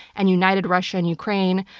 and united russia and ukraine.